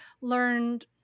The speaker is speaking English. learned